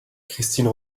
christine